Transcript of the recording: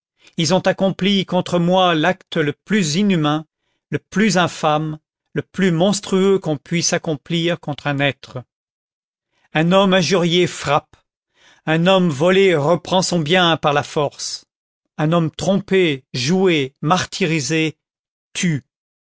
ils ont accompli contre moi l'acte le plus inhumain le plus infâme le plus monstrueux qu'on puisse accomplir contre un être un homme injurié frappe un homme volé reprend son bien par la force un homme trompé joué martyrisé tue